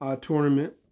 tournament